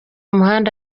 muhanda